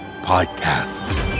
Podcast